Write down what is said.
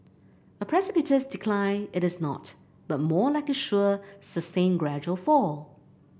a precipitous decline it is not but more like a sure sustained gradual fall